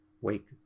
wake